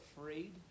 afraid